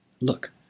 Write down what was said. Look